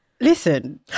Listen